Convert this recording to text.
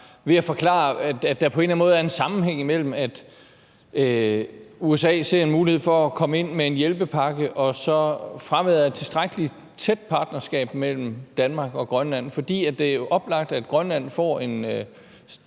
Larsen forklarede, at der på en eller anden måde er en sammenhæng imellem, at USA ser en mulighed for at komme ind med en hjælpepakke og så fraværet af et tilstrækkelig tæt partnerskab mellem Danmark og Grønland. For det er jo oplagt, at Grønland får en